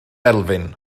elfyn